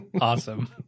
Awesome